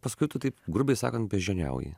paskui tu taip grubiai sakant beždžioniauji